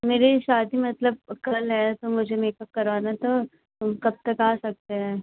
मेरी शादी मतलब कल है तो मुझे मेकअप करवाना था तो हम कब तक आ सकते हैं